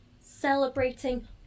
celebrating